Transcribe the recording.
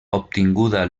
obtinguda